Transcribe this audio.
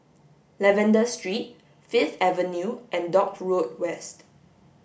Lavender Street Fifth Avenue and Dock Road West